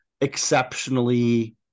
exceptionally